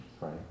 right